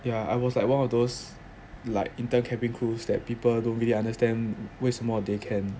yeah I was like one of those like intern cabin crews that people don't really understand 为什么 they can